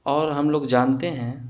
اور ہم لوگ جانتے ہیں